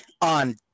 on